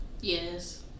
Yes